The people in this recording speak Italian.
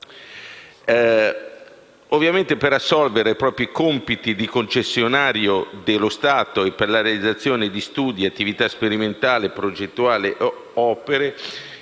salvaguardia. Per assolvere ai propri compiti di concessionario dello Stato per la realizzazione di studi, attività sperimentali, progettazioni e opere,